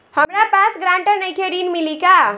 हमरा पास ग्रांटर नईखे ऋण मिली का?